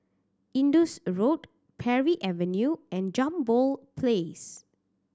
Indus Road Parry Avenue and Jambol Place